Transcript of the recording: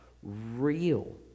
real